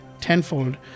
tenfold